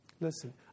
listen